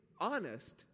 honest